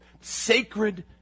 sacred